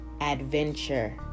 adventure